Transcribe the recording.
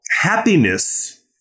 happiness